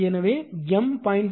எனவே எம் 0